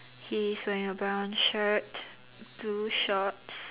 he's wearing a brown shirt blue shorts